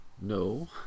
No